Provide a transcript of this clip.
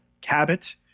Cabot